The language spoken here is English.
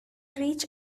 ridge